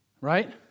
Right